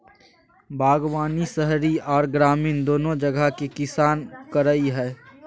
बागवानी शहरी आर ग्रामीण दोनो जगह के किसान करई हई,